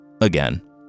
again